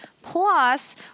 Plus